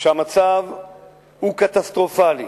שהמצב קטסטרופלי: